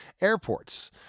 Airports